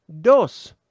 dos